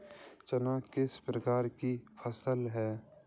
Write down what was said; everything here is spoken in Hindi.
चना किस प्रकार की फसल है?